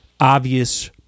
obvious